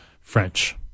French